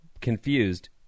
confused